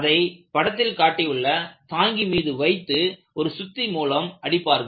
அதை படத்தில் காட்டியுள்ள ஒரு தாங்கி மீது வைத்து ஒரு சுத்தி மூலம் அடிப்பார்கள்